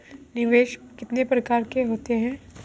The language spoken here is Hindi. निवेश कितने प्रकार के होते हैं?